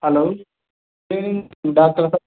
hello doctor